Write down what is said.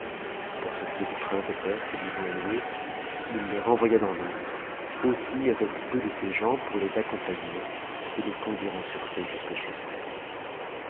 pour ce qui est du prince de perse et du joaillier il les renvoya dans l'autre aussi avec deux de ses gens pour les accompagner et les conduire en sûreté jusque chez eux